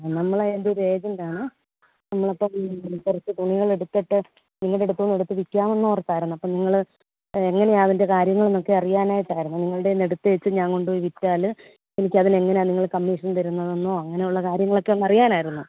ആ നമ്മളതിൻ്റെ ഒരു ഏജൻ്റാണ് നമ്മൾ അപ്പോൾ ഈ കുറച്ച് തുണികളെടുത്തിട്ട് നിങ്ങളുടെ അടുത്തു നിന്ന് എടുത്ത് വിൽക്കാമെന്നോർത്ത് ആയിരുന്നു അപ്പം നിങ്ങൾ എങ്ങനെയാണ് അതിൻ്റെ കാര്യങ്ങൾ എന്നൊക്കെ അറിയാൻ ആയിട്ടായിരുന്നു നിങ്ങളുടെ കയ്യിൽ നിന്നെടുത്ത് ഞാൻ കൊണ്ടുപോയി വിറ്റാൽ എനിക്കതിന് എങ്ങനെയാണ് നിങ്ങൾ കമ്മീഷൻ തരുന്നതെന്നോ അങ്ങനെയുള്ള കാര്യങ്ങളൊക്കെ ഒന്നറിയാൻ ആയിരുന്നു